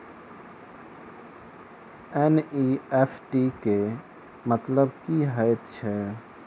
NEFT केँ मतलब की हएत छै?